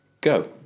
go